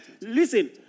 Listen